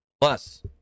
Plus